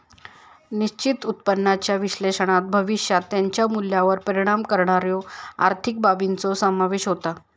निश्चित उत्पन्नाच्या विश्लेषणात भविष्यात त्याच्या मूल्यावर परिणाम करणाऱ्यो आर्थिक बाबींचो समावेश होता